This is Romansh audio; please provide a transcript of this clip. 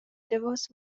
davos